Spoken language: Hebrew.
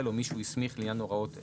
או מי שהוא הסמיך לעניין הוראות אלה,